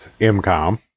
MCOM